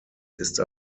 ist